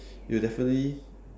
it'll definitely